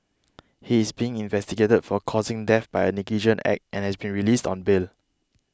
he is being investigated for causing death by a negligent act and has been released on bail